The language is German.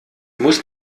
muss